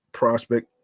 prospect